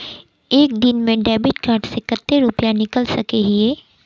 एक दिन में डेबिट कार्ड से कते रुपया निकल सके हिये?